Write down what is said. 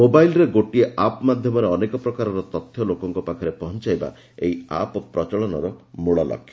ମୋବାଇଲ୍ରେ ଗୋଟିଏ ଆପ୍ ମାଧ୍ୟମରେ ଅନେକ ପ୍ରକାରର ତଥ୍ୟ ଲୋକଙ୍କ ପାଖରେ ପହଞ୍ଚାଇବା ଏହି ଆପ୍ ପ୍ରଚଳନର ମଳଲକ୍ଷ୍ୟ